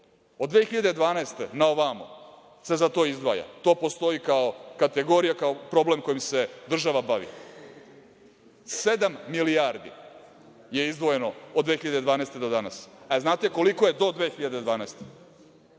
Od 2012. godine na ovamo se za to izdvaja. To postoji kao kategorija, kao problem kojim se država bavi. Sedam milijardi je izdvojeno od 2012. godine do danas. Znate li koliko je do 2012.